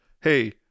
hey